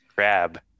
Crab